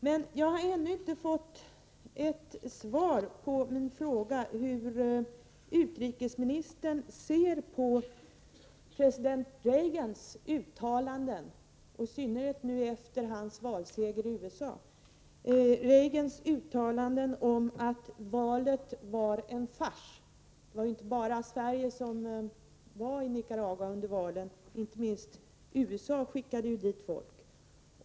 Men jag har ännu inte fått ett svar på min fråga hur utrikesministern ser på president Reagans uttalanden, i synnerhet nu efter hans valseger, om att valet i Nicaragua var en fars. Det var ju inte bara Sverige som var representerat i Nicaragua under valen. Inte minst USA skickade dit folk.